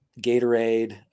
Gatorade